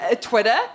Twitter